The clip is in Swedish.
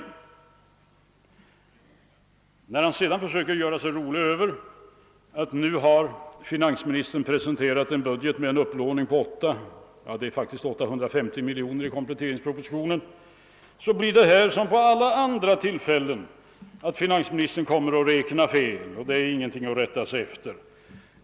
Herr Holmberg försökte också göra sig lustig över att finansministern nu har presenterat en budget med en upplåning på 800 miljoner kronor — det är faktiskt 850 miljoner i kompletteringspropositionen — och sade då att det blir väl här som vid andra tillfällen att finansministern har räknat fel och siffrorna är därför ingenting att rätta sig efter.